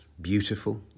beautiful